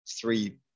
three